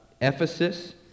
Ephesus